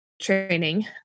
training